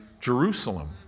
Jerusalem